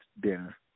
dinner